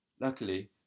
Luckily